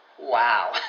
Wow